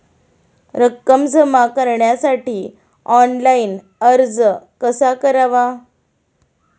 रक्कम जमा करण्यासाठी ऑनलाइन अर्ज कसा करावा?